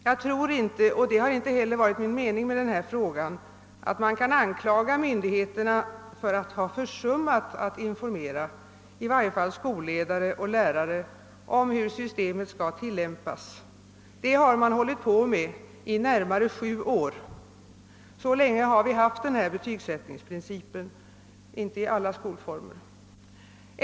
Jag tror inte — och det har inte heller varit min mening — att man kan anklaga myndigheterna för att ha försummat att informera i varje fall skolledare och lärare om hur systemet skall tillämpas — det har man hållit på med i närmare sju år. Så länge har den aktuella betygsättningsprincipen tillämpats, om än inte inom alla skolformer.